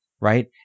right